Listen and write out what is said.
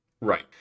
Right